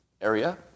area